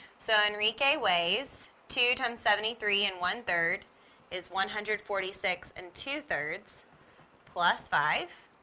so, enrique weighs two times seventy-three and one-third, is one hundred forty-six and two-thirds plus five.